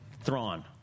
Thrawn